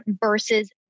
versus